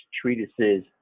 treatises